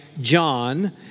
John